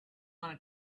wanna